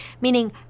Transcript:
meaning